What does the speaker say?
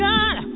God